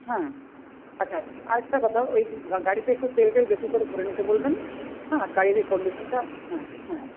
হ্যাঁ আচ্ছা আরেকটা কথা ওই গাড়িতে একটু তেল টেল বেশি করে ভরে নিতে বলবেন হ্যাঁ আর গাড়ির এই কন্ডিশনটা হ্যাঁ হ্যাঁ